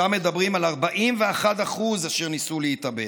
שם מדברים על 41% אשר ניסו להתאבד.